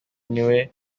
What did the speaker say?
niwe